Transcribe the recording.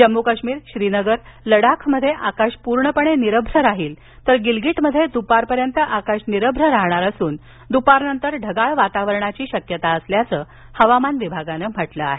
जम्मू काश्मीर श्रीनगर लडाखमध्ये आकाश पूर्णपणे निरभ्र राहील तर गिलगीटमध्ये दुपारपर्यंत आकाश निरभ्र राहणार असून दुपारनंतर ढगाळ वातावराची शक्यता असल्याचं हवामान विभागानं म्हटलं आहे